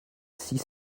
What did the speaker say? six